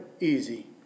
easy